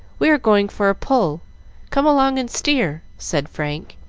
we are going for a pull come along and steer, said frank,